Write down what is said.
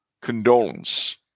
condolence